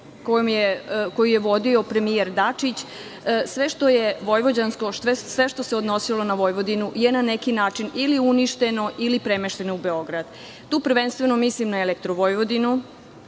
što je vojvođansko, sve što se odnosilo na Vojvodinu je na neki način ili uništeno ili premešteno u Beograd. Tu prvenstveno mislim na „Elektrovojvodinu“,